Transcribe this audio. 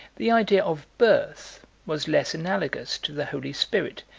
the idea of birth was less analogous to the holy spirit,